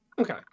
Okay